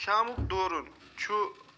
شامُک دورُن چھُ